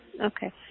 Okay